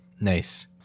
Nice